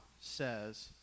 says